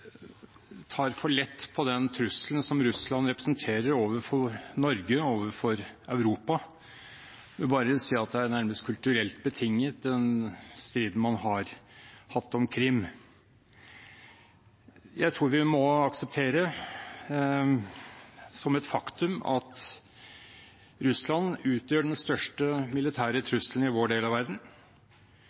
tar for lett på den trusselen som Russland representerer overfor Norge og overfor Europa. Jeg vil bare å si at den striden man har hatt om Krim, nærmest er kulturelt betinget. Jeg tror vi må akseptere som et faktum at Russland utgjør den største militære trusselen i vår del av verden.